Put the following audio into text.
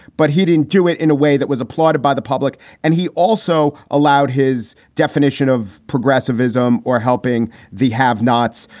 but he didn't do it in a way that was applauded by the public. and he also allowed his definition of progressivism or helping the have nots.